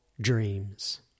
Dreams